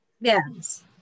Yes